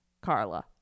Carla